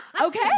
Okay